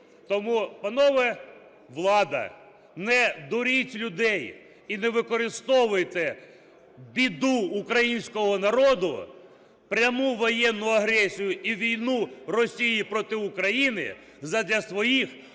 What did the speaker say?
Тому, панове влада, не дуріть людей і не використовуйте біду українського народу, пряму воєнну агресію і війну Росії проти України, задля своєї